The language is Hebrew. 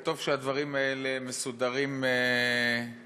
וטוב שהדברים האלה מסודרים בחוק.